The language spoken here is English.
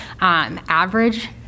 average